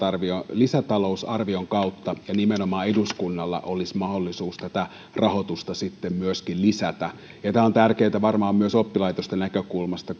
lisätalousarvion kautta nimenomaan eduskunnalla olisi mahdollisuus tätä rahoitusta myöskin lisätä ja tämä on tärkeätä varmaan myös oppilaitosten näkökulmasta